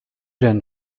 denn